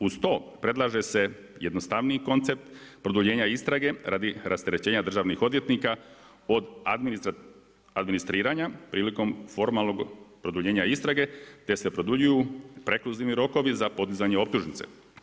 Uz to predlaže se jednostavniji koncept, produljenja istrage radi rasterećenja državnih odvjetnika od administriranja, prilikom formalnog produljenja istrage, te se produljuju rekurzivni rokovi za poduzimanje optužnice.